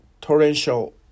torrential